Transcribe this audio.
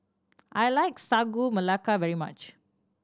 I like Sagu Melaka very much